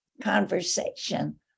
conversation